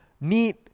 need